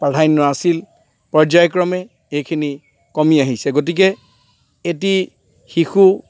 প্ৰাধান্য আছিল পৰ্যায়ক্ৰমে এইখিনি কমি আহিছে গতিকে এটি শিশু